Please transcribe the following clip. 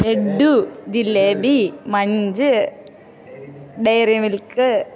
laddu jalebi Munch Dairy milk